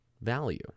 value